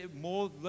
more